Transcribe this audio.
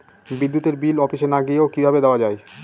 বিদ্যুতের বিল অফিসে না গিয়েও কিভাবে দেওয়া য়ায়?